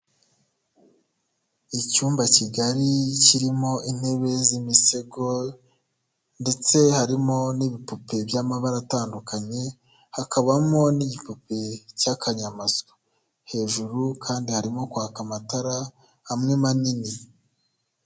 Icyumba kigari kirimo intebe z'imisego ndetse harimo n'ibipupe by'amabara atandukanye hakabamo n'igipupe cy'akanyamasyo, hejuru kandi harimo kwaka amatara amwe manini.